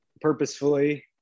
purposefully